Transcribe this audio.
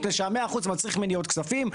מפני ש-100 האחוזים מצריכים ממני עוד כספים.